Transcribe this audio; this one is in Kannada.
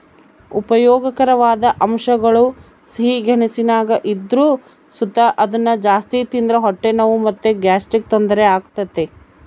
ಉಪಯೋಗಕಾರವಾದ ಅಂಶಗುಳು ಸಿಹಿ ಗೆಣಸಿನಾಗ ಇದ್ರು ಸುತ ಅದುನ್ನ ಜಾಸ್ತಿ ತಿಂದ್ರ ಹೊಟ್ಟೆ ನೋವು ಮತ್ತೆ ಗ್ಯಾಸ್ಟ್ರಿಕ್ ತೊಂದರೆ ಆಗ್ತತೆ